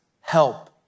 help